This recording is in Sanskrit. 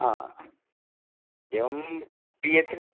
हा एवं पि एच् डि